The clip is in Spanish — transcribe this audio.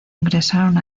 ingresaron